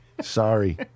Sorry